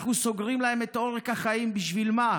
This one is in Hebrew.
אנחנו סוגרים להם את עורק החיים, בשביל מה?